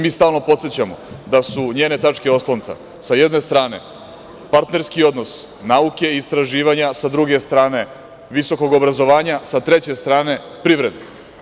Mi stalno podsećamo da su njene tačke oslonca sa jedne strane partnerski odnos nauke i istraživanja, sa druge strane visokog obrazovanja, sa treće strane privrede.